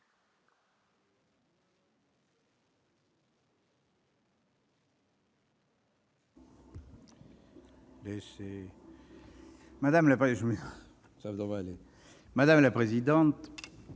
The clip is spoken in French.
Madame la présidente,